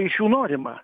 iš jų norima